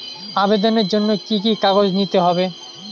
আবেদনের জন্য কি কি কাগজ নিতে হবে?